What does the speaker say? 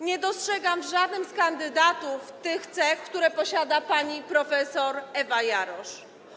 Nie dostrzegam w żadnym z kandydatów tych cech, które posiada pani prof. Ewa Jarosz.